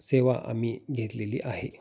सेवा आम्ही घेतलेली आहे